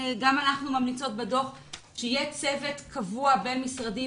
גם אנחנו ממליצות בדוח על כך שיהיה צוות קבוע בין-משרדי,